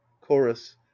Chorus